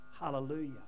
Hallelujah